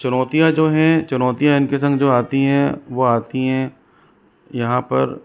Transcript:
चुनौतियाँ जो हैं चुनौतियाँ इन के संग जो आती हैं वो आती हैं यहाँ पर